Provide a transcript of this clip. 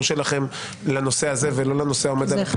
שלכם לנושא הזה ולא לנושא שעומד על הפרק,